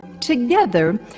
Together